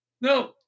No